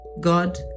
God